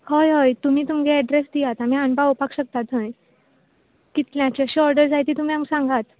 हय हय तुमी तुमगे ऍड्रॅस दियात आमी हाडून पावोवपाक शकतात थंय कितल्याची अशी ऑर्डर जाय ती तुमी आमकां सांगात